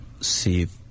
save